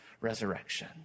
resurrection